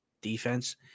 defense